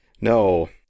No